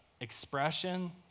expression